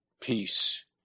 peace